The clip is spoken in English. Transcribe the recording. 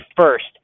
first